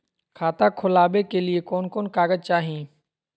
खाता खोलाबे के लिए कौन कौन कागज चाही?